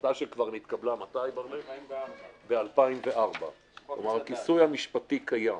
החלטה שנתקבלה כבר בשנת 2004. כלומר הכיסוי המשפטי קיים.